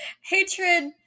Hatred